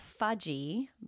fudgy